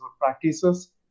practices